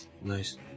Nice